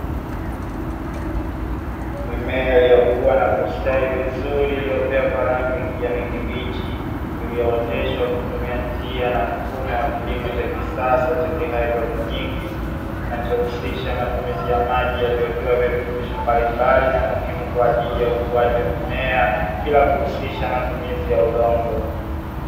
Mimea iliyokuwa na kustawi vizuri iliyopea kwa rangi kijani kibichi iliyooteshwa kutumia njia na mfumo wa kilimo cha kisasa cha kihydroponiki kinachohusisha matumizi ya maji yaliyotiwa virutubisho mbalimbali na muhimu kwa ajili ya ukuaji wa mimea bila kuhusisha matumizi ya udongo.